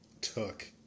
took